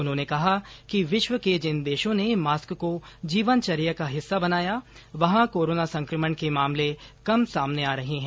उन्होंने कहा कि विश्व के जिन देशों ने मास्क को जीवनचर्या का हिस्सा बनाया वहां कोरोना संक्रमण के मामले कम सामने आ रहे हैं